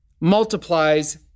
multiplies